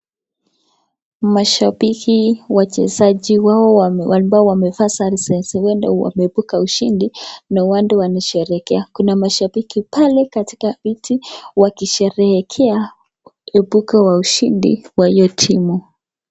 Mashabiki wachezaji wao ambao wamevaa sare huenda wameibuka ushindi na huenda wanasherehekea. Kuna mashabiki pale katika viti wakisherehekea kuibuka kwa ushindi wa hiyo timu.